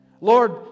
Lord